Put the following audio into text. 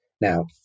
Now